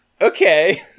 Okay